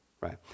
Right